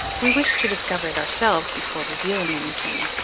we wished to discover it ourselves before revealing anything